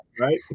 right